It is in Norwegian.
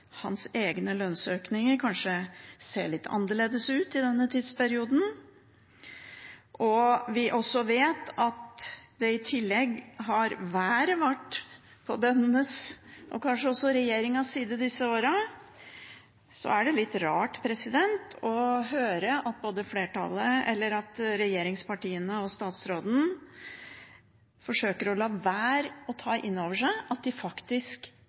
hans egne lønnsøkninger kanskje har sett litt annerledes ut i denne tidsperioden. Når vi i tillegg vet at været har vært på bøndenes, og kanskje også på regjeringens, side i disse årene, er det litt rart å høre at regjeringspartiene og statsråden forsøker å la være å ta inn over seg at de faktisk